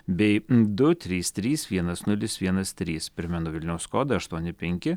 bei du trys trys vienas nulis vienas trys primenu vilniaus kodą aštuoni penki